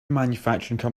manufacturing